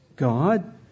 God